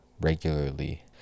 regularly